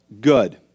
good